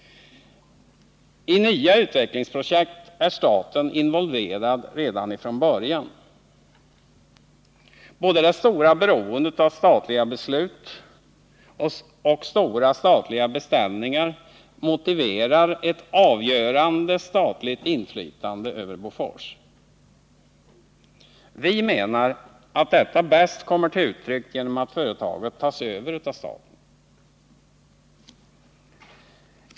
I nya utvecklingsprojekt är staten involverad redan från början. Både det stora beroendet av statliga beslut och av stora statliga beställningar motiverar ett avgörande statligt inflytande över Bofors. Vi menar att detta bäst kommer till uttryck genom att företaget tas över av staten.